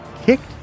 kicked